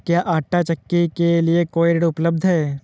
क्या आंटा चक्की के लिए कोई ऋण उपलब्ध है?